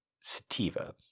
Sativa